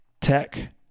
tech